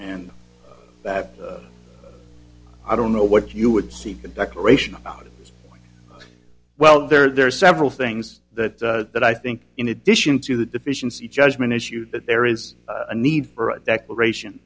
and that i don't know what you would see a declaration about as well there are several things that that i think in addition to the deficiency judgment issues that there is a need for a declaration